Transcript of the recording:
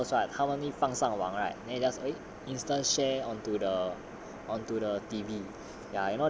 then all the photos right harmony 放上网 right then you just instance share onto the onto the T_V